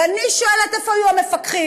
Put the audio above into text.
ואני שואלת: איפה היו המפקחים?